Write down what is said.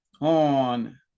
on